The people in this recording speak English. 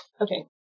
Okay